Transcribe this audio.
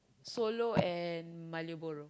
solo and maliboro